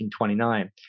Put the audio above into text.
1929